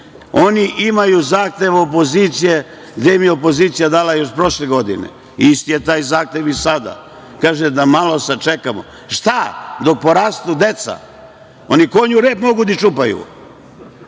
Oni imaju zahtev opozicije gde im je opozicija dala još prošle godine, isti je taj zahtev i sada, kaže – da malo sačekamo. Šta? Da porastu deca? Oni konju rep mogu da iščupaju.